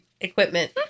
equipment